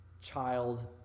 child